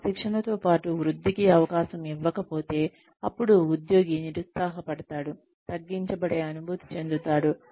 ఆ శిక్షణతో పాటు వృద్ధికి అవకాశం ఇవ్వకపోతే అప్పుడు ఉద్యోగి నిరుత్సాహపడతాడు తగ్గించబడే అనుభూతి చెందుతాడు